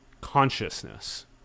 consciousness